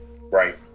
Right